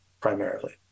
primarily